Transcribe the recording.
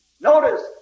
Notice